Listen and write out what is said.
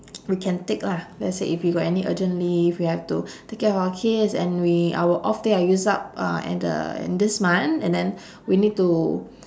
we can take lah let's say if you got any urgent leave we have to take care of our kids and we our off day are used up uh and the in this month and then we need to